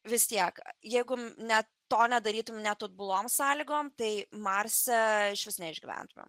vis tiek jeigu to nedarytum net atbulom sąlygom tai marse iš vis neišgyventumėm